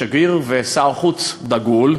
שגריר ושר חוץ דגול,